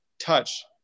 touch